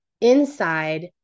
inside